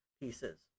pieces